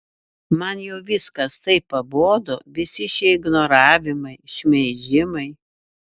man jau viskas taip pabodo visi šie ignoravimai šmeižimai